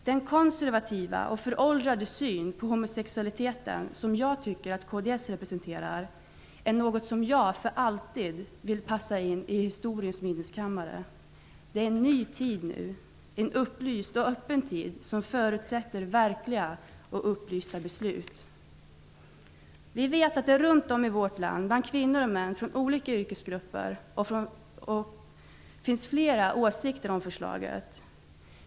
Den konservativa och föråldrade syn på homosexualiteten som jag tycker att kds representerar är något som jag för alltid vill förpassa till historiens vindskammare. Den är en ny tid nu, en upplyst och öppen tid, som förutsätter verkliga och upplysta beslut. Vi vet att det runt om i vårt land bland kvinnor och män från olika yrkesgrupper finns flera åsikter om förslaget.